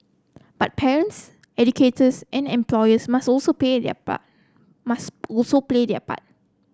but parents educators and employers must also play their part must also play their part